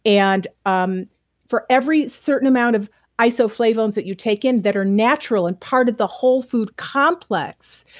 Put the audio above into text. and um for every certain amount of isoflavones that you take in that are natural and part of the whole food complex,